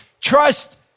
Trust